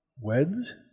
weds